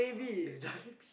it's jalebi